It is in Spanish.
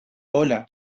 hola